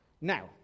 Now